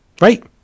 Right